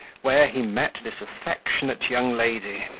where he met this affectionate young lady,